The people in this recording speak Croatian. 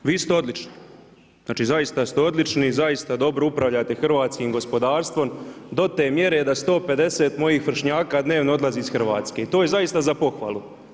Vi ste odlični, znači zaista ste odlični zaista dobro upravljate hrvatskim gospodarstvom do te mjere da 150 mojih vršnjaka dnevno odlazi iz Hrvatske i to je zaista za pohvalu.